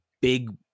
big